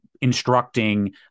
instructing